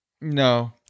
No